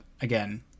again